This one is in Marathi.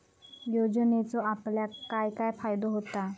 योजनेचो आपल्याक काय काय फायदो होता?